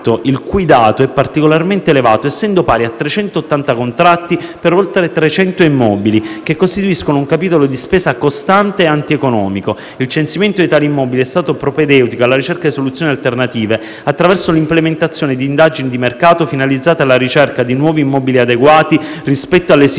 il cui dato è particolarmente elevato, essendo pari a 380 contratti per oltre 300 immobili, che costituiscono un capitolo di spesa costante e antieconomico. Il censimento di tali immobili è stato propedeutico alla ricerca di soluzioni alternative, attraverso l'implementazione di indagini di mercato finalizzate alla ricerca di nuovi immobili adeguati rispetto alle esigenze